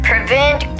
prevent